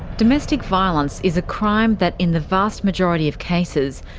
domestic violence is a crime that, in the vast majority of cases,